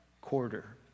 quarter